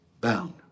Bound